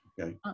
Okay